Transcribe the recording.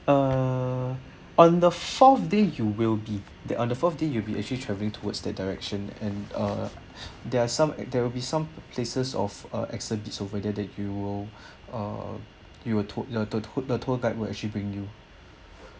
uh on the fourth day you will be there on the fourth day you will be actually travelling towards that direction and uh there are some there will be some places of exhibition over there that you uh you were tou~ uh the tour the tour guide will actually bring you